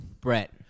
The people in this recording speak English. Brett